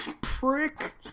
prick